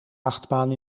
achtbaan